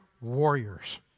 warriors